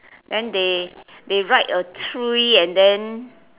then they they write a three and then